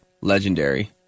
Legendary